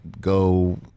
go